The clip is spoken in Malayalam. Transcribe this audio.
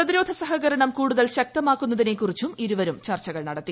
പ്രപ്പതിർോധ സഹകരണം കൂടുതൽ ശക്തമാക്കുന്നതിനെ ക്കുറിച്ച് ഇരുവരും ചർച്ചകൾ നടത്തി